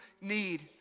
need